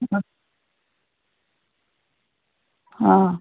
ಹಾಂ ಹಾಂ